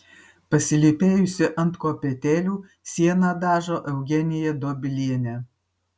pasilypėjusi ant kopėtėlių sieną dažo eugenija dobilienė